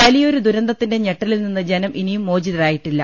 വലിയൊരു ദുരന്തത്തിന്റെ ഞെട്ടലിൽനിന്ന് ജനം ഇനിയും മോചിതരായിട്ടില്ല